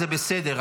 זה בסדר,